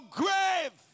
grave